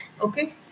okay